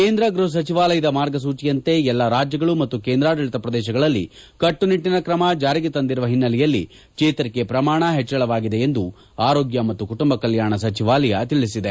ಕೇಂದ್ರ ಗೃಪ ಸಚಿವಾಲಯದ ಮಾರ್ಗಸೂಚಿಯಂತೆ ಎಲ್ಲ ರಾಜ್ಯಗಳು ಮತ್ತು ಕೇಂದ್ರಾಡಳಿತ ಪ್ರದೇಶಗಳಲ್ಲಿ ಕಟ್ಟುನಿಟ್ಟನ ಕ್ರಮ ಜಾರಿಗೆ ತಂದಿರುವ ಓನ್ನೆಲೆಯಲ್ಲಿ ಚೇತರಿಕೆ ಪ್ರಮಾಣ ಹೆಚ್ವಳವಾಗಿದೆ ಎಂದು ಆರೋಗ್ಯ ಮತ್ತು ಕುಟುಂಬ ಕಲ್ಚಾಣ ಸಜಿವಾಲಯ ತಿಳಿಸಿದೆ